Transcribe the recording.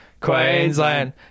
Queensland